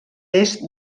est